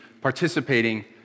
participating